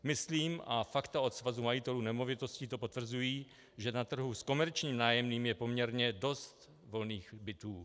Myslím, a fakta od Svazu majitelů nemovitostí to potvrzují, že na trhu s komerčním nájemným je poměrně dost volných bytů.